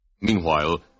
Meanwhile